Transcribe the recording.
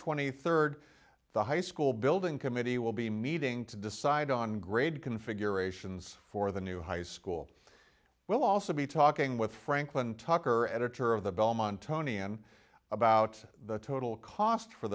twenty third the high school building committee will be meeting to decide on grade configurations for the new high school we'll also be talking with franklin tucker editor of the belmont tony and about the total cost for